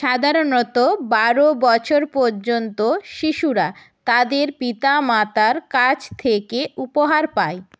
সাধারণত বারো বছর পর্যন্ত শিশুরা তাদের পিতা মাতার কাছ থেকে উপহার পায়